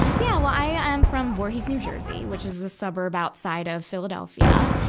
yeah, well, i'm from voorhees, new jersey, which is a suburbs outside of philadelphia.